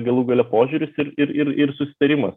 galų gale požiūris ir ir ir ir susitarimas